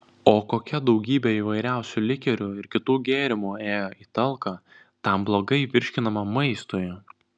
o kokia daugybė įvairiausių likerių ir kitų gėrimų ėjo į talką tam blogai virškinamam maistui